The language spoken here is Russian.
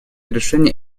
решения